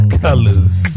colors